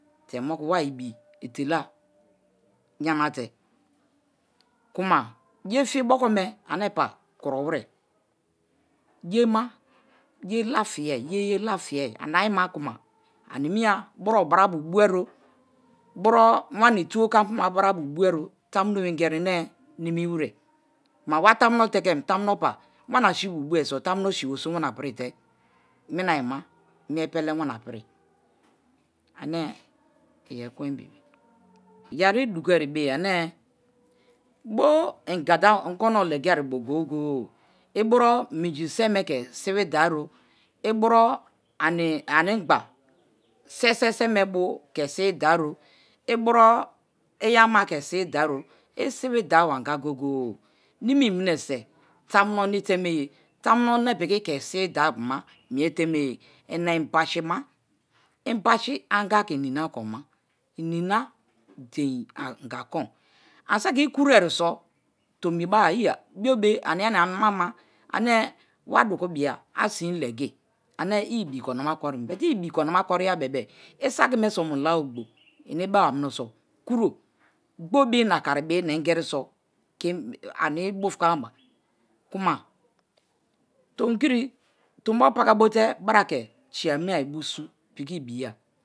Te̱ moku wa ibi e̱te̱ mi̱e̱ yanate kuma ye̱ fi̱ bokome̱ ane̱ pa kurowere ye̱a ma, ye̱a lafiye ye̱a-ye̱a lafiye anayima kuma animiya buro obrabio buwaro, buro wani tuwo kon apuma bo buwaro tamunobe̱ te̱ke̱m tomuno pa wanima si̱bi̱o buwariso a ayima mie pele wana piri ane iyekwen bibi. Ye̱ri dugoayibeye ane bo ingada ongo no̱ legi ari bo̱ goye-goye, iburo i̱ minjisemeke sibi dario, iburo anigba sesese me̱ bo ke̱ sibidario, iburo iyama ke̱ sibidario, isibidaio anga goye̱-goye̱ nimi minese tamu no mie itemeye tamuno me̱ piki ke̱ isibida-apuma mi̱e̱ temeye ina inbashima inbashi anga ke̱ ininakoma, ininadien anga kon. Anisaki ikurari so̱ tomi bari iya biobe ania-nia moma ane wadukubiya asin legi ane i ibi korunama korim but i ibi korinama kori ya bebe isaki mesomu la-a ogbo ini beba mineso kuro gbobi na karibi na ngeriso ani-ibufukamaba kuma tomikiri tombo pakabote bara ke̱ si̱ye̱ ami̱ebu̱ su̱ pi̱ki̱ i̱bi̱ya.